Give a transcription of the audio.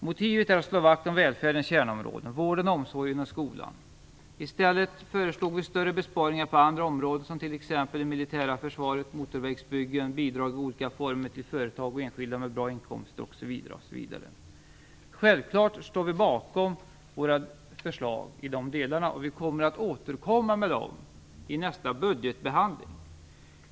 Motivet är att slå vakt om välfärdens kärnområden - vården, omsorgen och skolan. I stället föreslog vi större besparingar på andra områden som t.ex. det militära försvaret, motorvägsbyggen, bidrag i olika former till företag och enskilda med bra inkomster osv. Vi står självfallet bakom våra förslag i dessa delar. Vi kommer att återkomma med dem i nästa budgetbehandling.